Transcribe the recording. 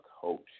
coach